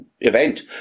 event